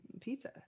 pizza